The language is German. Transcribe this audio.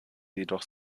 jedoch